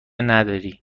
نداری